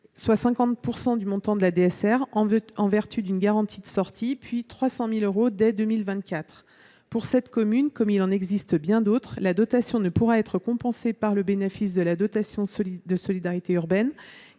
soit 50 % du montant de la DSR, en vertu d'une garantie de sortie, puis 300 000 euros dès 2024. Pour cette commune, comme il en existe bien d'autres, la dotation ne pourra être compensée par le bénéfice de la dotation de solidarité urbaine,